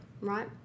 right